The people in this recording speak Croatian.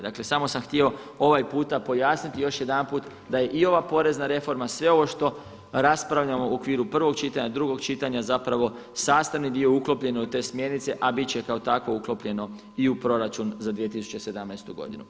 Dakle, samo sam htio ovaj puta pojasniti još jedanput da je i ova porezna reforma, sve ovo što raspravljamo u okviru prvog čitanja, drugog čitanja, zapravo sastavni dio uklopljeno u te smjernice, a bit će kao takvo uklopljeno i u proračun za 2017. godinu.